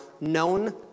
known